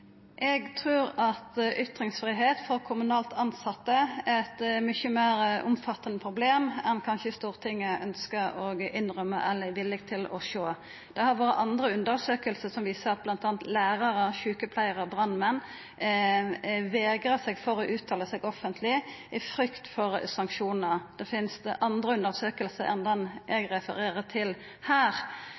kommunalt tilsette er eit mykje meir omfattande problem enn kanskje Stortinget ønskjer å innrømma eller er villig til å sjå. Det har vore andre undersøkingar som viser at bl.a. lærarar, sjukepleiarar og brannmenn vegrar seg for å uttala seg offentleg i frykt for sanksjonar. Det finst andre undersøkingar enn den eg refererer til her.